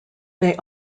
they